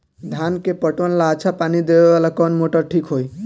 धान के पटवन ला अच्छा पानी देवे वाला कवन मोटर ठीक होई?